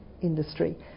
industry